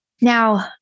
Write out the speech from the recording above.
Now